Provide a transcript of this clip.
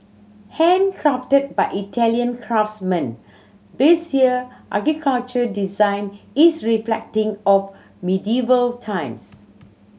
handcrafted by Italian craftsmen this year architecture design is reflecting of medieval times